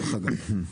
דרך אגב.